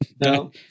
no